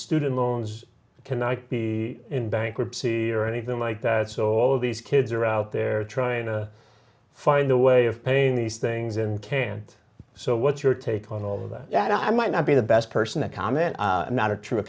student loans cannot be in bankruptcy or anything like that so all these kids are out there trying to find a way of paying these things and care and so what's your take on all of that that i might not be the best person to comment not a true